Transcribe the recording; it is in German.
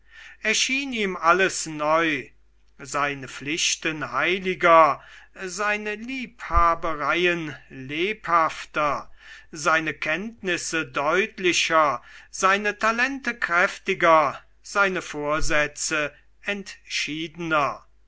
erschien ihm alles neu seine pflichten heiliger seine liebhabereien lebhafter seine kenntnisse deutlicher seine talente kräftiger seine vorsätze entschiedener